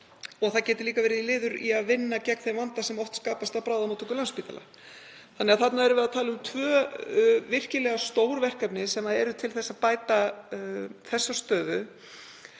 Það getur líka verið liður í að vinna gegn þeim vanda sem oft skapast á bráðamóttöku Landspítala. Þarna erum við að tala um tvö virkilega stór verkefni sem eru til þess að bæta þessa stöðu.